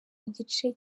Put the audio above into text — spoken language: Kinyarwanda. igice